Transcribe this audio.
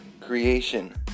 creation